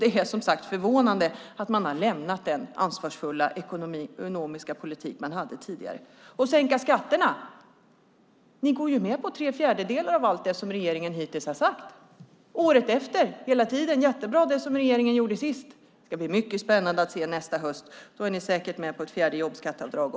Det är, som sagt, förvånande att man har lämnat den tidigare ansvarsfulla ekonomiska politiken. När det gäller att sänka skatterna går ni med på tre fjärdedelar av allt som regeringen hittills sagt - året efter och hela tiden går ni med på det regeringen senast gjort. Det ska bli mycket spännande att se hur det är nästa höst. Då är ni säkert också med på ett fjärde jobbskatteavdrag.